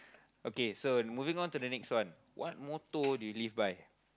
okay so moving on to the next one what motto do you live by